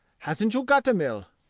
hasn't you got a mill?